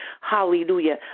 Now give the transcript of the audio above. hallelujah